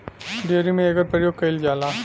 dairy में एकर परियोग कईल जाला